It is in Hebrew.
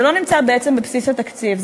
זה לא נמצא בעצם בבסיס התקציב,